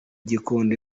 gikondo